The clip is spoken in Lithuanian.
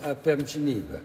apie amžinybę